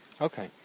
Okay